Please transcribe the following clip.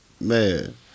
Man